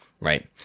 right